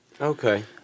Okay